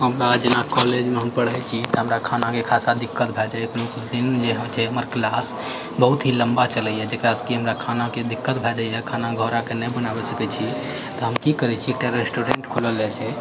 हमरा जेना कॉलेजमे हम पढ़ै छी तऽ हमरा खानाके खासा दिक्कत भए जाइए दिनमे जे होइछै हमर क्लास बहुत ही लम्बा चलैए जेकरासँ कि हमरा खानाके दिक्कत भए जाइए खाना घर आके नहि बनाबए सकैछी तऽ हम कि करैछी एकटा रेस्टोरेंट खुलल रहैछेै